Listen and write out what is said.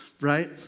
Right